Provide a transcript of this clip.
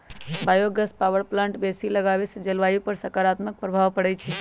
bio gas power plant बेशी लगाबेसे जलवायु पर सकारात्मक प्रभाव पड़इ छै